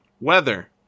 weather